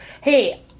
Hey